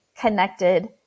connected